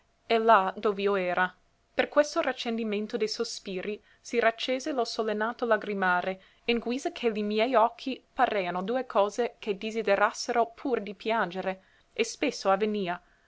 e là dov'io era per questo raccendimento de sospiri si raccese lo sollenato lagrimare in guisa che li miei occhi pareano due cose che desiderassero pur di piangere e spesso avvenia